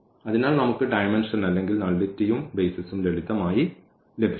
അതിനാൽ നമുക്ക് ഡയമെൻഷൻ അല്ലെങ്കിൽ നള്ളിറ്റിയും ബെയ്സിസും ലളിതമായി ലഭിക്കും